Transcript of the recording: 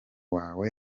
wawe